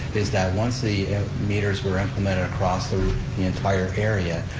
is that once the meters were implemented across the entire area,